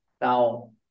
Now